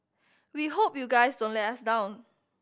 we hope you guys don't let us down